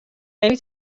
یعنی